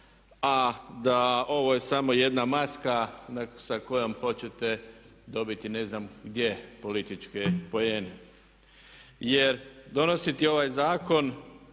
a da ovo je samo jedna maska sa kojom hoćete dobiti ne znam gdje političke poene jer donositi ovaj zakon